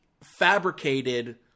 fabricated